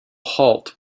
halt